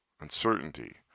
uncertainty